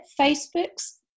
Facebook's